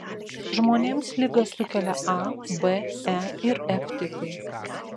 žmonėms ligą sukelia a b e ir f tipai